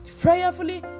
Prayerfully